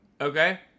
Okay